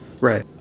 Right